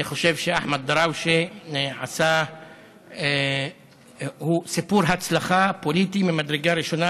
אני חושב שאחמד דראושה הוא סיפור הצלחה פוליטי ממדרגה ראשונה.